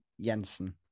Jensen